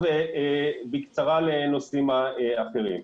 בקצרה לנושאים אחרים.